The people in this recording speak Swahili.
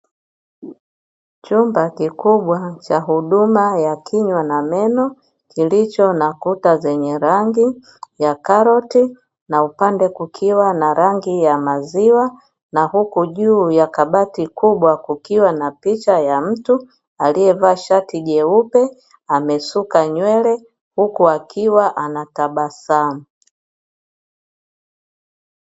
Chumba kikubwa cha huduma ya kinywa na meno, kilicho na kuta zenye rangi ya karoti na upande kukiwa na rangi ya maziwa, na huku juu ya kabati kubwa kukiwa na picha ya mtu aliyevaa shati jeupe, amesuka nywele huku akiwa anatabasamu.